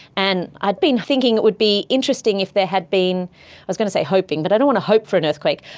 and i'd been thinking it would be interesting if there had been, i was going to say hoping but i don't want to hope for an earthquake,